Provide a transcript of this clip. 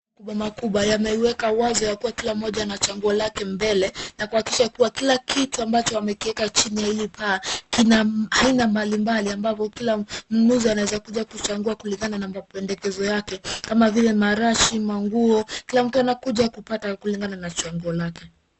Makubwa makubwa yameiweka wazo ya kuwa kila mmoja ana chaguo lake mbele na kuhakikisha kuwa kila kitu ambacho wamekieka chini ya hili paa kina aina mbali mbali ambapo kila mnunuzi anaeza kuja kuchagua kulingana na mapendekezo yake kama vile marashi manguo kila mtu anakuja kupata kulingana na chaguo lake